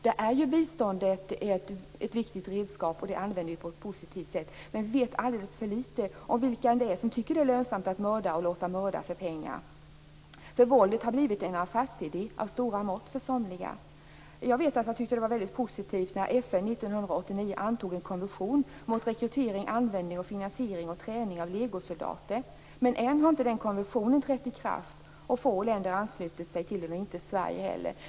Där är ju biståndet ett viktigt redskap, och det använder vi på ett positivt sätt, men vi vet alldeles för lite om vilka det är som tycker att det är lönsamt att mörda och låta mörda för pengar. Våldet har blivit en affärsidé av stora mått för somliga. Jag tyckte att det var väldigt positivt när FN 1989 antog en konvention mot rekrytering, användning, finansiering och träning av legosoldater, men än har inte denna konvention trätt i kraft, och få länder har anslutit sig till den. Inte heller Sverige har gjort det.